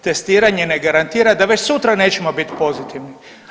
Testiranje ne garantira da već sutra nećemo biti pozitivni.